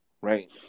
right